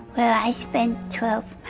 i spent twelve